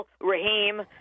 Raheem